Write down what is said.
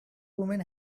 woman